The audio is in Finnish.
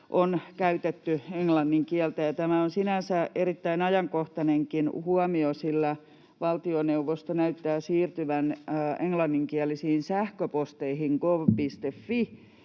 on käytetty englannin kieltä. Tämä on sinänsä erittäin ajankohtainenkin huomio, sillä valtioneuvosto näyttää siirtyvän englanninkielisiin sähköposteihin, gov.fi,